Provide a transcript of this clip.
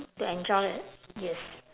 to enjoy a yes